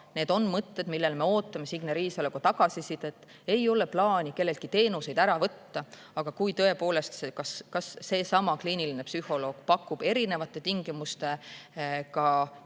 Need on mõtted, millele me Signe Riisaloga ootame tagasisidet. Ei ole plaani kelleltki teenuseid ära võtta, aga kui tõepoolest kas või seesama kliiniline psühholoog pakub erinevate tingimustega ja